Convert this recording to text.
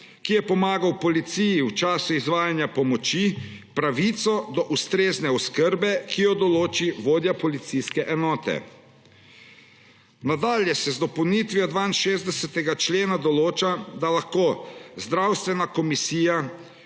ki je pomagal policiji v času izvajanja pomoči, pravico do ustrezne oskrbe, ki jo določi vodja policijske enote. Nadalje se z dopolnitvijo 62. člena določa, da lahko zdravstvena komisija